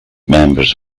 members